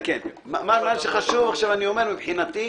מואשם בפלילים על זה שחיכה לו בדרך כל תהליך,